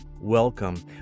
welcome